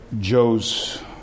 Joe's